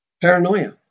paranoia